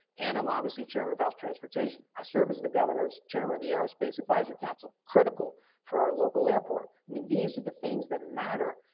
and i'm obviously chairman of house transportation. i serve as the governor's chairman of the aerospace advisory council. critical for our local airport. i mean these are the things that matter.